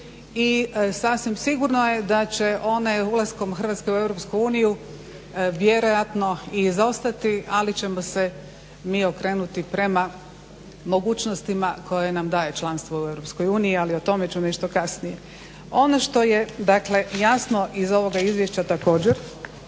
i sasvim sigurno je da će one ulaskom Hrvatske u EU vjerojatno izostati ali ćemo se mi okrenuti prema mogućnostima koje nam daje članstvo u EU ali i o tome ću nešto kasnije. Ono što je jasno iz ovoga izvješća također